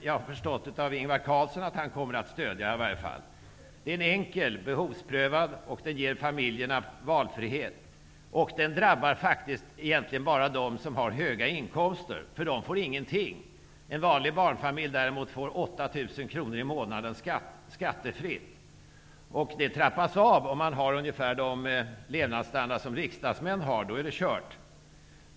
Jag har förstått av Ingvar Carlsson att han i varje fall kommer att stödja förslaget. Vår familjepolitik är enkel, den är behovsprövad, och den ger familjerna valfrihet. Det är faktiskt bara de som har höga inkomster som drabbas, därför att de inkomsttagarna inte får någonting. En vanlig barnfamilj får däremot 8 000 kr i månaden, skattefritt. Bidraget trappas av om man har ungefär samma levnadsstandard som riksdagsmän har -- då är det kört.